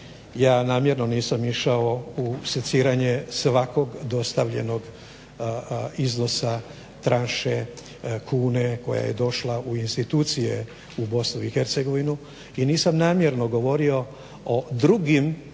Ja namjerno nisam išao u seciranje svakog dostavljenog iznosa tranše, kune koja je došla u institucije u BiH i nisam namjerno govorio o drugim